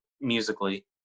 musically